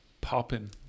Popping